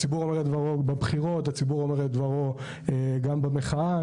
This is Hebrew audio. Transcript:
בבחירות ובמחאה,